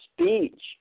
speech